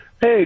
Hey